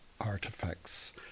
artifacts